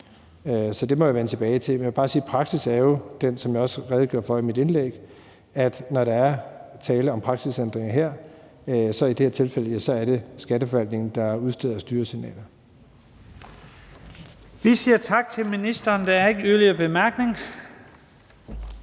Så det må jeg vende tilbage til. Men jeg vil bare sige, at praksis jo er den, som jeg også redegjorde for i mit indlæg, at når der er tale om praksisændringer som her, ja, så er det i det her tilfælde Skatteforvaltningen, der udsteder styresignaler. Kl. 15:53 Første næstformand (Leif Lahn Jensen):